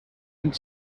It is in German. und